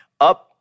up